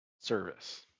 service